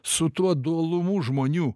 su tuo dualumu žmonių